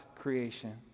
creation